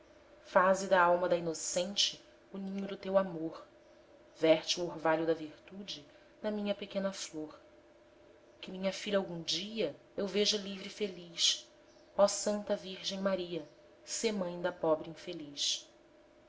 faze da alma da inocente o ninho do teu amor verte o orvalho da virtude na minha pequena flor que minha filha algum dia eu veja livre e feliz ó santa virgem maria sê mãe da pobre infeliz